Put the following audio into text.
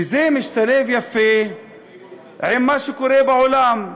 וזה משתלב יפה עם מה שקורה בעולם,